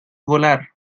volar